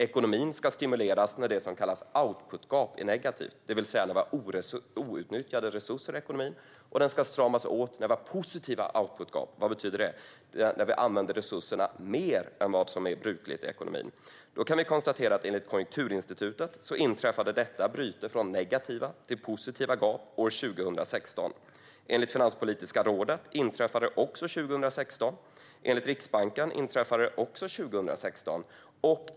Ekonomin ska stimuleras när det som kallas outputgap är negativt, det vill säga när vi har outnyttjade resurser i ekonomin, och den ska stramas åt när vi har positiva outputgap, vilket betyder att vi använder resurserna mer än vad som är brukligt i ekonomin. Enligt Konjunkturinstitutet inträffade brytningen från negativa till positiva gap år 2016. Även enligt Finanspolitiska rådet och Riksbanken inträffade den 2016.